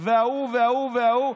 וההוא וההוא וההוא.